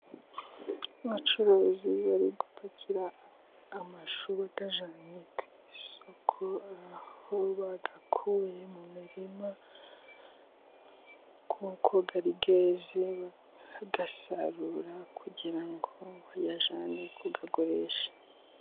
Abacuruzi bari gupakira amashu bayajyanye ku isoko aho bayakuye mu mirima, kuko yari yeze bayasarura kugira ngo bayajyane kuyagurisha.